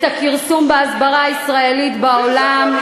שטויות.